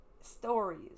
stories